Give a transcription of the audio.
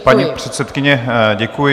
Paní předsedkyně, děkuji.